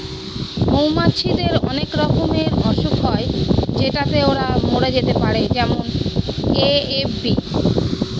মৌমাছিদের অনেক রকমের অসুখ হয় যেটাতে ওরা মরে যেতে পারে যেমন এ.এফ.বি